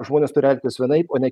žmonės turi elgtis vienaip o ne